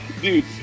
dude